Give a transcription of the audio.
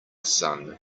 son